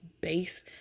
base